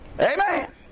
Amen